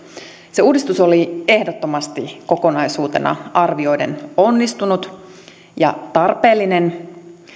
se uudistus oli ehdottomasti kokonaisuutena arvioiden onnistunut ja tarpeellinen